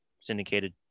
syndicated